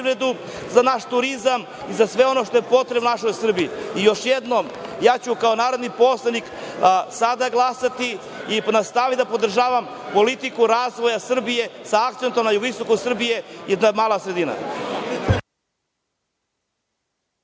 za naš turizam i za sve ono što je potrebno našoj Srbiji. Još jednom, ja ću kao narodni poslanik sada glasati i nastaviti da podržavam politiku razvoja Srbije, sa akcentom na jugoistoku Srbije, i to je mala sredina.